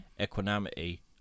equanimity